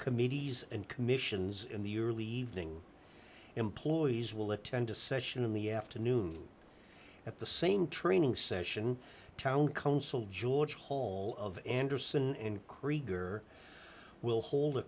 committees and commissions in the early evening employees will attend a session in the afternoon at the same training session town council george hall of anderson and krieger will hold a